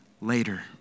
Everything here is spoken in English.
later